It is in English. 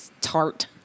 tart